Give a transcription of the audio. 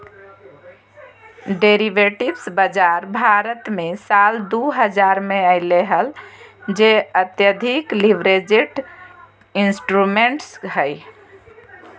derivatives बाजार भारत मे साल दु हजार मे अइले हल जे अत्यधिक लीवरेज्ड इंस्ट्रूमेंट्स हइ